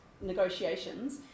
negotiations